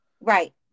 Right